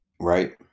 Right